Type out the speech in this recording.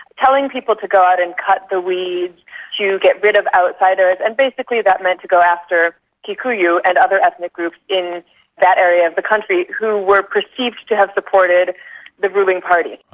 telling people to go out and cut the weeds to get rid of outsiders, and basically that meant to go after kikuyu and other ethnic groups in that area area of the country who were perceived to have supported the ruling party.